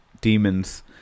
demons